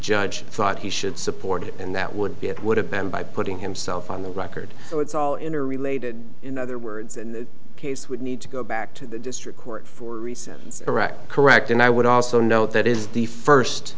judge thought he should support it and that would be it would have been by putting himself on the record so it's all interrelated in other words a case would need to go back to the district court for iraq correct and i would also note that is the first